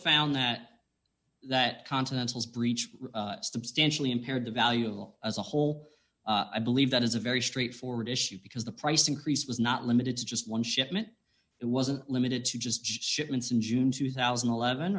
found that that continental's breach substantially impaired the value of law as a whole i believe that is a very straightforward issue because the price increase was not limited to just one shipment it wasn't limited to just shipments in june two thousand and eleven